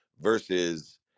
versus